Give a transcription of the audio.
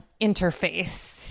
interface